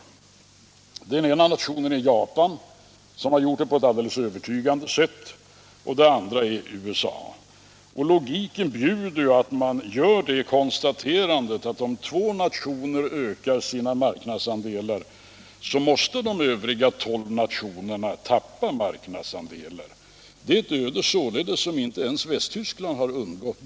Den ena nationen är Japan, som har gjort det på ett alldeles övertygande sätt, och den andra är USA. Logiken bjuder att man gör det konstaterandet att om två nationer ökar sina marknadsandelar, så måste de övriga tolv nationerna tappa marknadsandelar. Det är ett öde, således, som inte ens Västtyskland har undgått.